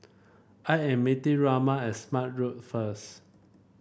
I am meeting Ramon at Smart Road first